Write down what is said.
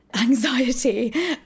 anxiety